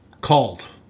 called